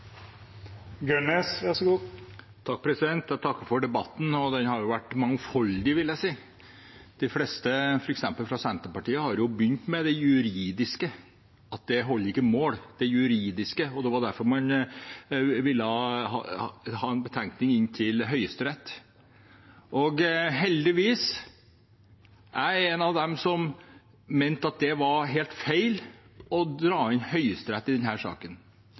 Jeg takker for debatten, og den har jo vært mangfoldig, vil jeg si. De fleste f.eks. fra Senterpartiet har begynt med det juridiske, at det juridiske ikke holder mål, og at det var derfor man ville ha en betenkning fra Høyesterett. Og heldigvis, jeg er en av dem som mente at det var helt feil å dra inn Høyesterett i denne saken. Dette er en politisk sak. Den